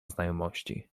znajomości